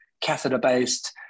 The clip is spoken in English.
catheter-based